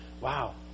wow